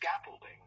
scaffolding